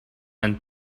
and